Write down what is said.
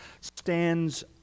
stands